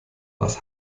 was